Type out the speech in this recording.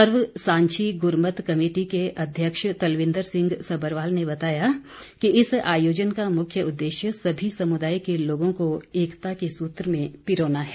सर्व Sanjhi Gurmat committee के अध्यक्ष तलविंदर सिंह सबरवाल ने बताया कि इस आयोजन का मुख्य उद्देश्य सभी समुदाय के लोगों को एकता के सूत्र में पिरोना है